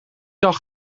dag